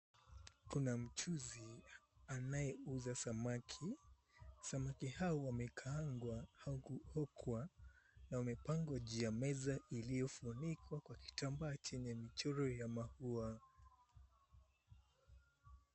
Kuna mchuuzi anayeuza samaki. Samaki hawa wamekaangwa au kuokwa na wamepangwa juu ya meza iliyofunikwa kwa kitambaa chenye michoro ya maua.